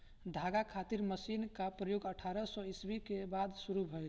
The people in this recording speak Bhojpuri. धागा खातिर मशीन क प्रयोग अठारह सौ ईस्वी के बाद शुरू भइल